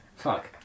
Fuck